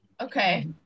Okay